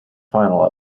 final